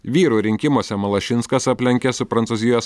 vyrų rinkimuose malašinskas aplenkė su prancūzijos